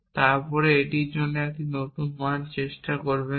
তারপরে এর জন্য একটি নতুন মান চেষ্টা করবেন না